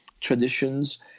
traditions